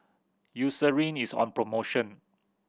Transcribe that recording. Eucerin is on promotion